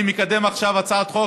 אני מקדם עכשיו הצעת חוק